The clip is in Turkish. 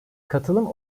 katılım